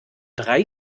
drei